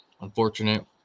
Unfortunate